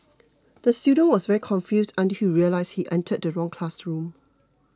the student was very confused until he realised he entered the wrong classroom